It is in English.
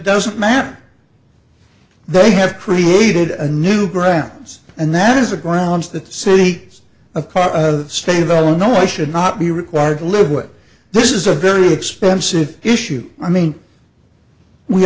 doesn't matter they have created a new grounds and that is a grounds that the city is a car a state of illinois should not be required to live what this is a very expensive issue i mean we